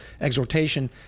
exhortation